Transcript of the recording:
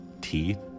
teeth